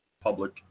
public